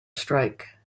strike